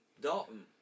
Dalton